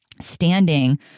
standing